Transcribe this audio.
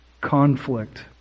conflict